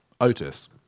Otis